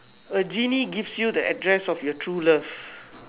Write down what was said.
a genie gives you the address of your true love